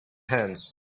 hands